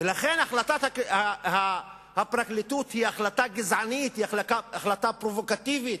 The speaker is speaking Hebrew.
ולכן ההחלטה היא החלטה גזענית, החלטה פרובוקטיבית.